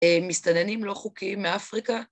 מסתננים לא חוקיים מאפריקה.